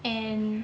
and